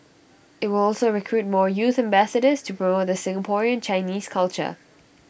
IT will also recruit more youth ambassadors to promote the Singaporean Chinese culture